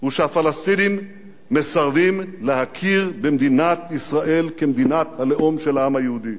היא שהפלסטינים מסרבים להכיר במדינת ישראל כמדינת הלאום של העם היהודי.